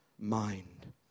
mind